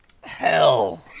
hell